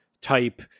type